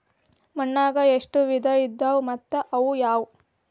ಮಣ್ಣಾಗ ಎಷ್ಟ ವಿಧ ಇದಾವ್ರಿ ಮತ್ತ ಅವು ಯಾವ್ರೇ?